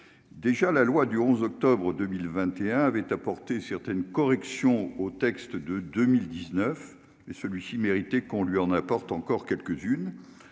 déjà la loi du 11 octobre 2021 avait apporter certaines corrections au texte de 2019, et celui-ci mérité qu'on lui en apporte encore quelques-unes